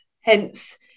Hence